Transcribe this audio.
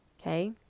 okay